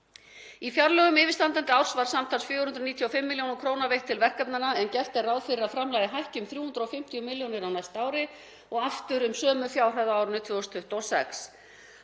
Í fjárlögum yfirstandandi árs voru samtals 495 millj. kr. veittar til verkefnanna en gert er ráð fyrir að framlagið hækki um 350 millj. kr. á næsta ári og aftur um sömu fjárhæð á árinu 2026.